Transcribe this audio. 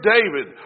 David